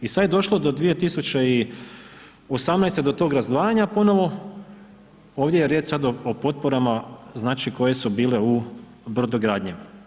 I sad je došlo do 2018. do tog razdvajanja ponovo, ovdje je riječ o potporama znači koje su bile u brodogradnji.